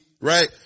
right